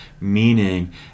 meaning